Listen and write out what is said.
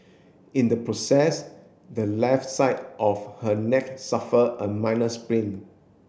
in the process the left side of her neck suffer a minor sprain